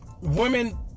women